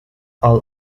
all